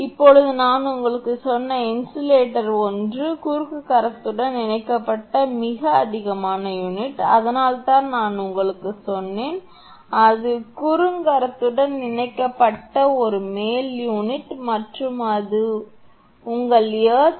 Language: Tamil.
இப்போது நான் உங்களுக்குச் சொன்ன இன்சுலேட்டர் ஒன்று குறுக்குக் கரத்துடன் இணைக்கப்பட்ட மிக அதிகமான யூனிட் அதனால்தான் நான் உங்களுக்குச் சொன்னேன் அது குறுக்குக் கரத்துடன் இணைக்கப்பட்ட ஒரு மேல் யூனிட் மற்றும் அது உங்கள் எர்த்